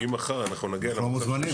אנחנו לא מוזמנים.